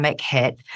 Hit